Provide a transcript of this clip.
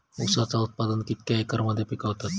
ऊसाचा उत्पादन कितक्या एकर मध्ये पिकवतत?